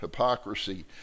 hypocrisy